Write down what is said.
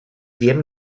wiem